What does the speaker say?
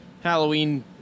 Halloween